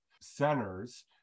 centers